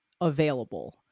available